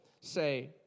say